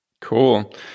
Cool